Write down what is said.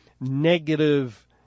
negative